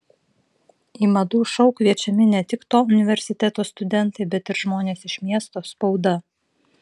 į madų šou kviečiami ne tik to universiteto studentai bet ir žmonės iš miesto spauda